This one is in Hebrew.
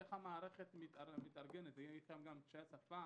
איך המערכת מתארגנת, גם להתמודד עם קשיי השפה